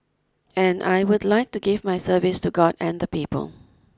and I would like to give my service to God and people